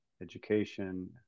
education